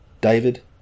David